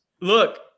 look